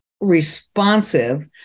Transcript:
responsive